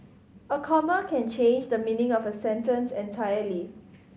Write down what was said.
a comma can change the meaning of a sentence entirely